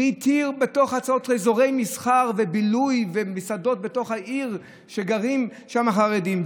והתיר בתוך ההצעות אזורי מסחר ובילוי ומסעדות בתוך העיר שגרים בה חרדים,